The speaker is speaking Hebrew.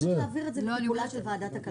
פשוט להעביר את זה לטיפולה של ועדת הכלכלה.